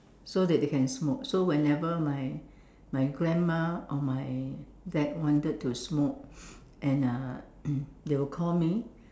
so that they can smoke so whenever my my grandma or my dad wanted to smoke and uh they will call me